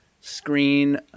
screen